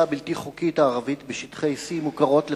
הבלתי-חוקית הערבית בשטחי C מוכרות לך,